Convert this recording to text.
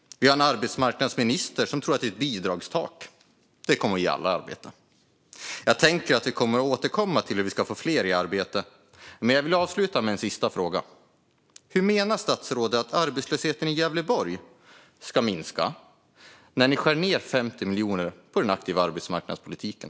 Vi har en arbetsmarknadsminister som tror att ett bidragstak kommer att ge alla arbete. Jag tänker att vi kommer att återkomma till hur vi ska få fler i arbete. Men jag vill avsluta med en sista fråga: Hur menar statsrådet att arbetslösheten i Gävleborg ska minska när ni skär ned 50 miljoner kronor på den aktiva arbetsmarknadspolitiken?